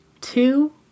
two